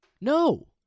No